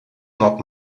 not